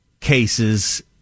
cases